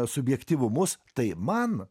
subjektyvumus tai man